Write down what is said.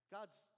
God's